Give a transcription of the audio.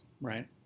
Right